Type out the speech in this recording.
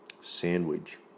sandwich